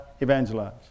evangelize